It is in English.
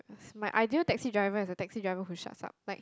my ideal taxi driver is a taxi driver who shuts up like